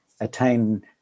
attain